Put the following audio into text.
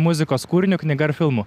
muzikos kūriniu knyga ar filmu